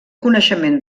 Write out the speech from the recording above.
coneixement